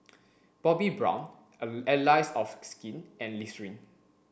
Bobbi Brown Allies of Skin and Listerine